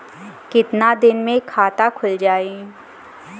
कितना दिन मे खाता खुल जाई?